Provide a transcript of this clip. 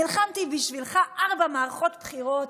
נלחמתי בשבילך ארבע מערכות בחירות,